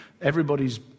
everybody's